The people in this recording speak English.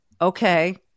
okay